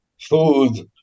food